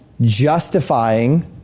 justifying